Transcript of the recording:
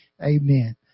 Amen